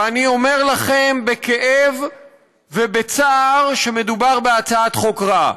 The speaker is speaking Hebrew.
ואני אומר לכם בכאב ובצער שמדובר בהצעת חוק רעה.